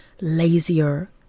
lazier